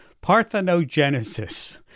parthenogenesis